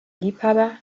liebhaber